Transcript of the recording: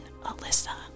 Alyssa